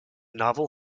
novel